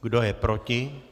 Kdo je proti?